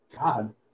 God